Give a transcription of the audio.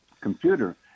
computer